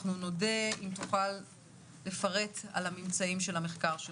אנחנו נודה אם תוכל לפרט על אודות הממצאים שהעלית במחקר.